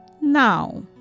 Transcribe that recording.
Now